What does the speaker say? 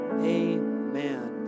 Amen